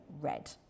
red